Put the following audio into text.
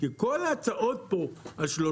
כי כל ההצעות פה השלושה,